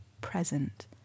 present